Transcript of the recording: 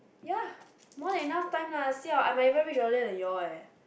ya more than enough time lah siao I might even reach earlier than you all leh